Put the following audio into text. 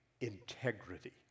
integrity